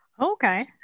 okay